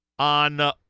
On